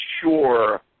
sure